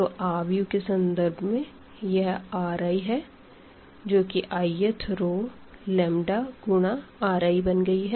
तो मेट्रिक्स के संदर्भ में यह Ri है जो कि i th रो लंबदा गुणा Ri बन गई है